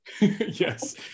Yes